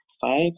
five